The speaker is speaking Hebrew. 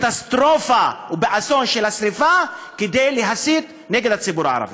בקטסטרופה ובאסון של השרפה כדי להסית נגד הציבור הערבי.